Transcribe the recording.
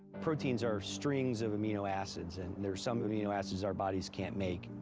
proteins are strings of amino acids and there's some amino acids our bodies can't make.